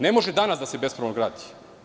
Ne može danas da se bespravno gradi.